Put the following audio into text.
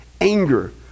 anger